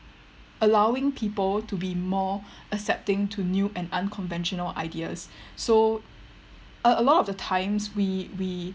allowing people to be more accepting to new and unconventional ideas so a a lot of the times we we